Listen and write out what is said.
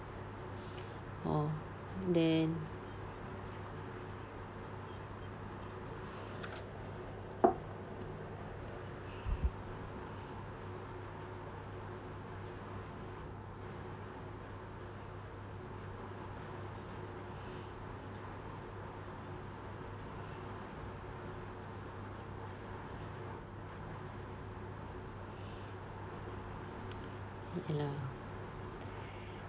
orh then ya lah